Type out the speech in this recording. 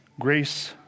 grace